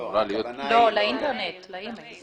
לאינטרנט, לאי-מייל.